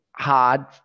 hard